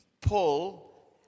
Paul